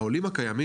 העולים הקיימים,